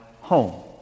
home